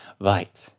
Right